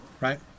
right